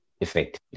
Effectively